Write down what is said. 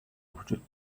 وجود